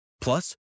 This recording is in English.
Plus